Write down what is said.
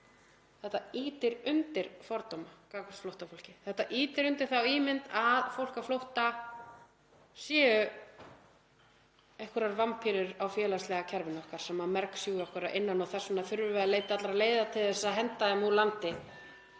Þetta ýtir undir þá ímynd að fólk á flótta sé einhverjar vampýrur á félagslega kerfinu okkar sem mergsjúgi okkur að innan (Forseti hringir.) og þess vegna þurfum við að leita allra leiða til þess að henda þeim úr landi,